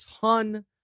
ton